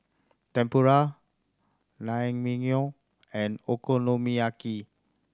Tempura Naengmyeon and Okonomiyaki